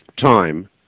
time